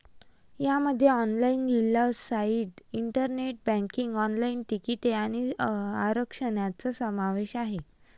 यामध्ये ऑनलाइन लिलाव site, internet banking, online तिकिटे आणि आरक्षण यांचा समावेश आहे